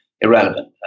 irrelevant